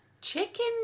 Chicken